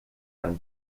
einen